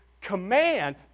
command